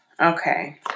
Okay